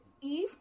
Eve